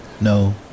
No